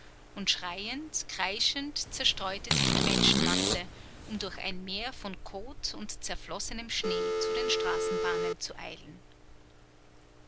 und schreiend kreischend zerstreute sich die menschenmasse um durch ein meer von kot und zerflossenem schnee zu den straßenbahnen zu eilen